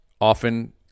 often